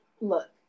Look